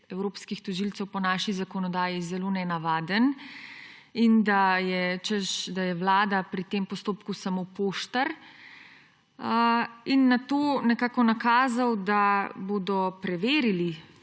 evropskih tožilcev po naši zakonodaji zelo nenavaden in da je Vlada pri tem postopku samo poštar. Nato je nekako nakazal, da bodo preverili